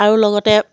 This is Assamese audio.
আৰু লগতে